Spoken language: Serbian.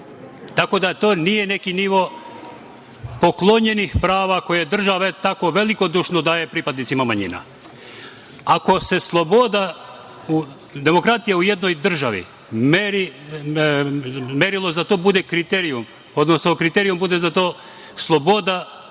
Tako da to nije neki nivo poklonjenih prava koje država tako velikodušno daje pripadnicima manjina. Ako se sloboda, demokratija u jednoj državi, merilo za to bude kriterijum, odnosno kriterijum za to bude